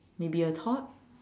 may be a thought